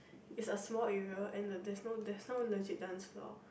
is a small area and there's no there's no legit dance floor